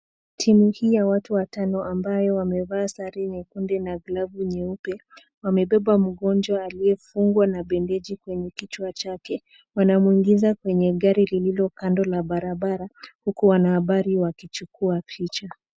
Timu hii ya watu watano ambayo wamevaa sare nyekundu na glavu nyeupe wamebeba mgonjwa aliyefungwa na badeji kwenye kichwa chake, wanamwingiza kwenye gari lililo kando la barabara uku wanahabari wakichukua picha.